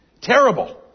Terrible